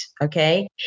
okay